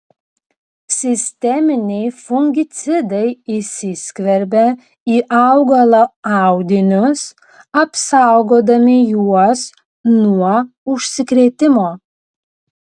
sisteminiai fungicidai įsiskverbia į augalo audinius apsaugodami juos nuo užsikrėtimo